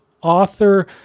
author